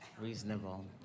reasonable